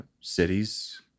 cities